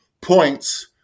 points